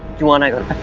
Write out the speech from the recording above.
you want a